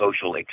social